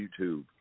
YouTube